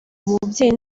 umubyeyi